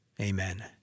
Amen